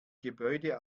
gebäude